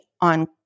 on